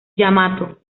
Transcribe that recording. yamato